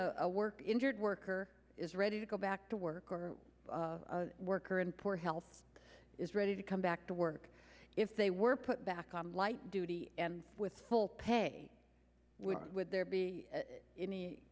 a work injured worker is ready to go back to work or a worker in poor health is ready to come back to work if they were put back on light duty with full pay would there be any